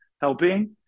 helping